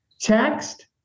Text